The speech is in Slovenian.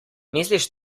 misliš